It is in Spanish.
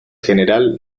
general